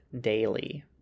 daily